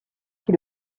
qui